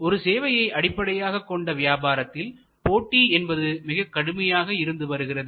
ஒரு சேவையை அடிப்படையாகக் கொண்ட வியாபாரத்தில் போட்டி என்பது மிகக் கடுமையாக இருந்து வருகிறது